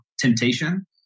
temptation